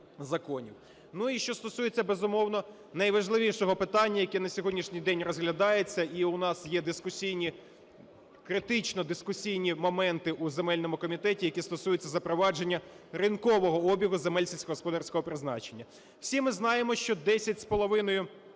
Ну і що стосується, безумовно, найважливішого питання, яке на сьогоднішній день розглядається, і у нас є дискусійні, критично дискусійні моменти у земельному комітеті, які стосуються запровадження ринкового обігу земель сільськогосподарського призначення. Всі ми знаємо, що 10,5…